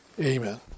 amen